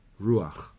ruach